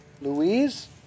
Louise